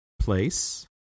place